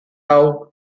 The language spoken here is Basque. hau